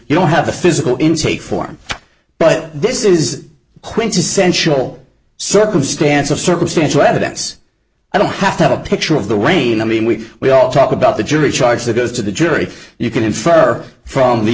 you don't have a physical intake form but this is quintessential circumstance of circumstantial evidence i don't have to have a picture of the rain i mean we we all talk about the jury charge that goes to the jury you can infer from the